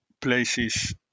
places